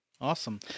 Awesome